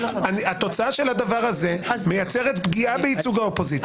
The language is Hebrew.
התוצאה של הדבר הזה מייצרת פגיעה בייצוג האופוזיציה.